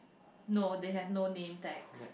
no they have no name tags